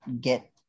get